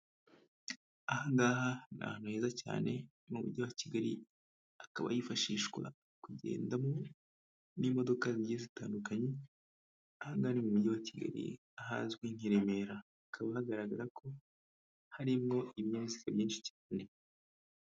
Ahangaha ni ahantu heza cyane mu mujyi wa Kigali akaba yifashishwa kugendamo n'imodoka zigiye zitandukanye, ahagana mu mujyi wa Kigali ahazwi nk'i Remera, hakaba hagaragara ko harimo imyasi myinshi cyane.